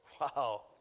Wow